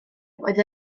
oedd